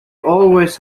always